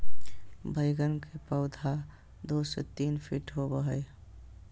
बैगन के पौधा दो से तीन फीट के होबे हइ